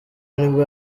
nibwo